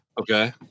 Okay